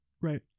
Right